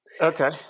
okay